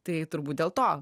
tai turbūt dėl to